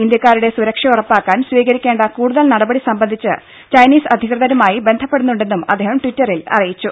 ഇന്ത്യക്കാരുടെ സുരക്ഷ ഉറപ്പാക്കാൻ സ്വീകരിക്കേണ്ട കൂടുതൽ നടപടി സംബന്ധിച്ച് ചൈനീസ് അധികൃതരുമായി ബന്ധപ്പെടുന്നുണ്ടെന്നും അദ്ദേഹം ട്വിറ്ററിൽ അറിയിച്ചു